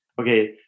okay